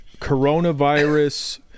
coronavirus